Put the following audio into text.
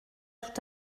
tout